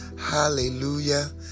Hallelujah